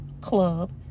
club